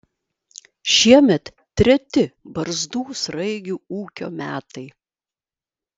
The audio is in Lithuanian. šiemet treti barzdų sraigių ūkio metai